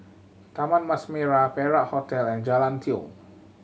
Taman Mas Merah Perak Hotel and Jalan Tiong